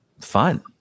fun